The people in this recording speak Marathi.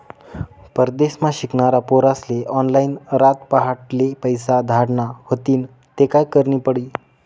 परदेसमा शिकनारा पोर्यास्ले ऑनलाईन रातपहाटले पैसा धाडना व्हतीन ते काय करनं पडी